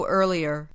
earlier